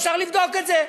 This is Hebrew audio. אפשר לבדוק את זה,